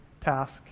task